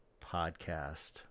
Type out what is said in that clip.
podcast